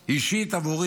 אישית עבורי